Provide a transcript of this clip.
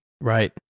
Right